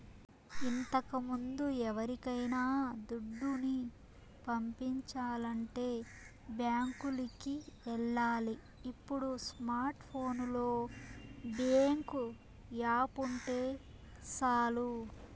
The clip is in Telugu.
ఇంతకముందు ఎవరికైనా దుడ్డుని పంపించాలంటే బ్యాంకులికి ఎల్లాలి ఇప్పుడు స్మార్ట్ ఫోనులో బ్యేంకు యాపుంటే సాలు